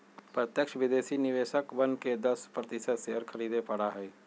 प्रत्यक्ष विदेशी निवेशकवन के दस प्रतिशत शेयर खरीदे पड़ा हई